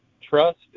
Trust